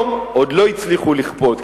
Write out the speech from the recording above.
שלום עוד לא הצליחו לכפות.